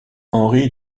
henri